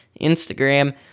Instagram